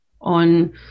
on